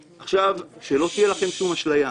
עכשיו, שלא תהיה לכם שום אשליה.